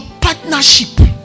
partnership